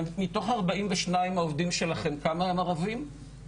מתוך ארבעים ושניים העובדים שלכם כמה הם ערבים?